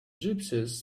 gypsies